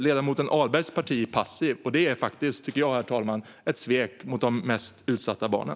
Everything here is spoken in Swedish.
Ledamoten Ahlbergs parti är passivt. Det, herr talman, är ett svek mot de mest utsatta barnen.